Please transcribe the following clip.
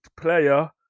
player